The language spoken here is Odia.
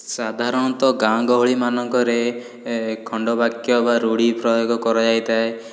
ସାଧାରଣତଃ ଗାଁ ଗହଳିମାନଙ୍କରେ ଖଣ୍ଡବାକ୍ୟ ବା ରୂଢି ପ୍ରୟୋଗ କର ଯାଇଥାଏ